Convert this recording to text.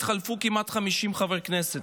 התחלפו כמעט 50 חברי כנסת.